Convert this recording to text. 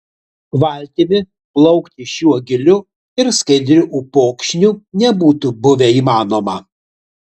valtimi plaukti šiuo giliu ir skaidriu upokšniu nebūtų buvę įmanoma